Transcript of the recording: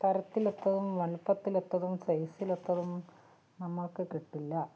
തരത്തിലൊത്തതും വലിപ്പത്തിലൊത്തതും സൈസിലൊത്തതും നമ്മൾക്ക് കിട്ടില്ല